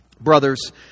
Brothers